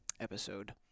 episode